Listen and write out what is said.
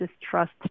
distrust